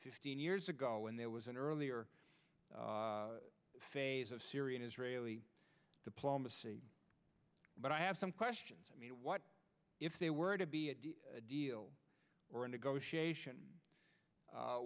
fifteen years ago when there was an earlier phase of syrian israeli diplomacy but i have some questions i mean what if they were to be a deal or a negotiation